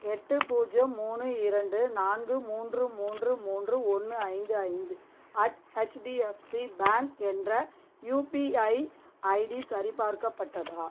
எட்டு பூஜ்ஜியம் மூணு இரண்டு நான்கு மூன்று மூன்று மூன்று ஒன்று ஐந்து ஐந்து அட் ஹெச்டிஎஃப்சி பேங்க் என்ற யூபிஐ ஐடி சரிபார்க்கப்பட்டதா